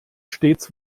stets